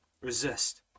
resist